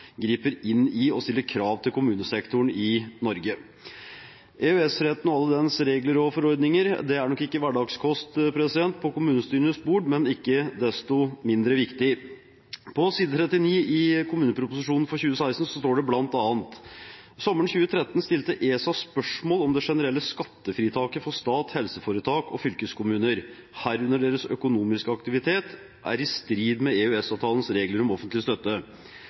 griper inn i og stiller krav til kommunesektoren i Norge. EØS-retten og alle dens regler og forordninger er nok ikke hverdagskost på kommunestyrenes bord, men ikke desto mindre viktig. På side 39 i kommuneproposisjonen for 2016 står det bl.a: «Sommeren 2013 stilte ESA spørsmål om det generelle skattefritaket for stat, helseforetak og kommuner, herunder deres økonomiske aktivitet, er i strid med EØS-avtalens regler om offentlig støtte».